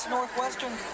Northwestern